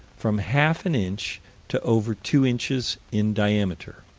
from half an inch to over two inches in diameter